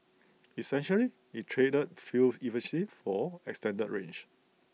essentially IT traded fuel efficiency for extended range